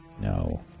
No